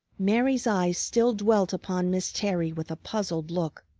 mary's eyes still dwelt upon miss terry with a puzzled look.